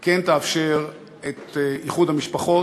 כן תאפשר איחוד משפחות,